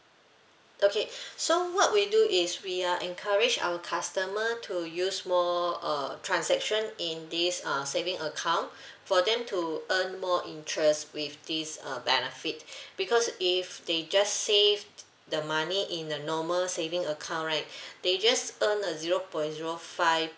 okay so what we do is we are encourage our customer to use more uh transaction in this uh saving account for them to earn more interest with this uh benefit because if they just save the money in the normal savings account right they just earn a zero point zero five